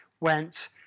went